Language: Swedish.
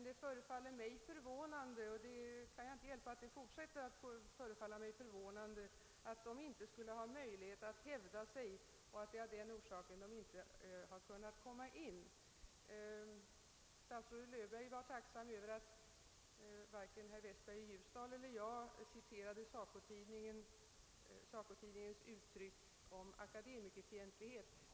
Men :jag kan inte hjälpa att det fortfarande förefaller mig förvånande att de inte skulle ha möjlighet att hävda sig och att. det är av den orsaken de inte kunnat komma in. Statsrådet Löfberg var tacksam över att varken herr Westberg i Ljusdal eller jag citerat'SACO-tidningens uttryck om akademikerfientlighet.